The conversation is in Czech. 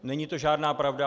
Není to žádná pravda.